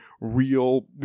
real